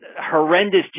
horrendous